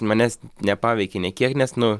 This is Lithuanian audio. manęs nepaveikė nė kiek nes nu